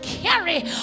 carry